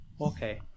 Okay